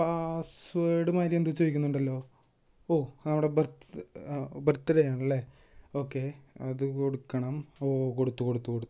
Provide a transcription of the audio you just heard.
password മായിരിയെന്തൊ ചോയിക്കുന്നുണ്ടല്ലോ ഓ അവിടെ ബർത്ത്സ് ബർത്ത് ഡേ ആണല്ലെ ഓക്കെ അത് കൊടുക്കണം ഓ കൊടുത്തു കൊടുത്തു കൊടുത്തു